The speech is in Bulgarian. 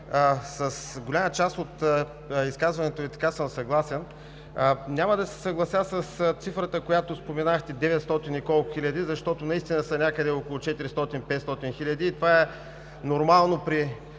с голяма част от изказването Ви съм съгласен. Няма да се съглася с цифрата, която споменахте, 900 и колко хиляди, защото наистина са някъде около 400 – 500 хиляди и това е нормално при